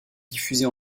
diffuser